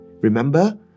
Remember